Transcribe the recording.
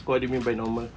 what do you mean by normal